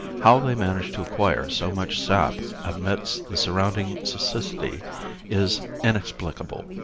how they manage to acquire so much sap amidst the surrounding siccity is inexplicable,